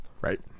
Right